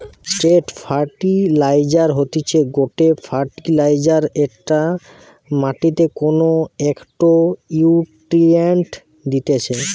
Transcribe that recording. straight fertiliser হতিছে গটে fertiliser যেটা মাটিকে কোনো একটো নিউট্রিয়েন্ট দিতেছে